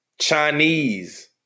Chinese